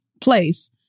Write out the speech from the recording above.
place